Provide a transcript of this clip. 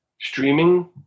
Streaming